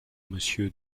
monsieur